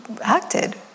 acted